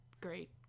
great